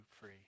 free